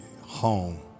home